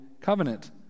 covenant